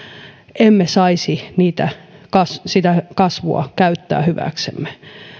emme saisi sitä kasvua käyttää hyväksemme